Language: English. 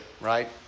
right